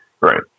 Right